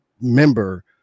member